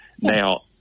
Now